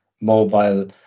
mobile